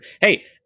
Hey